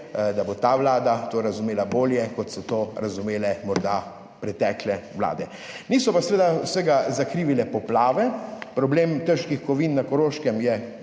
da bo ta vlada to razumela bolje, kot so to razumele morda pretekle vlade. Niso pa seveda vsega zakrivile poplave. Problem težkih kovin na Koroškem je,